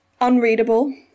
unreadable